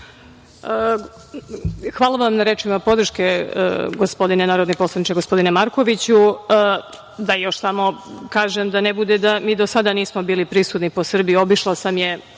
Hvala vam na rečima podrške gospodine, narodni poslaniče, Markoviću. Da još samo kažem, da ne bude da mi do sada nismo bili prisutni po Srbiji, obišla sam je